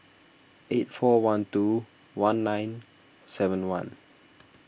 eight four one two one nine seven one